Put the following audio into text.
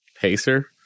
Pacer